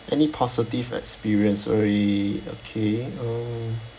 any positive experience re~ okay um